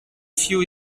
few